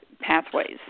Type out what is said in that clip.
Pathways